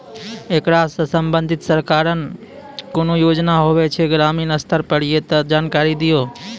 ऐकरा सऽ संबंधित सरकारक कूनू योजना होवे जे ग्रामीण स्तर पर ये तऽ जानकारी दियो?